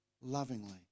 lovingly